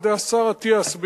על-ידי השר אטיאס,